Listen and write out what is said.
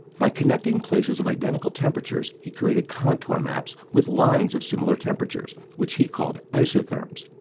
by connecting places of identical temperatures, he created contour maps with lines of similar temperatures, which he called isotherms.